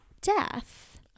death